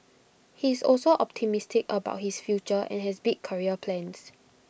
he is also optimistic about his future and has big career plans